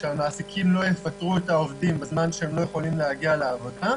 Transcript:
כך שמעסיקים לא יפטרו את העובדים בזמן שהם לא יכולים להגיע לעבודה,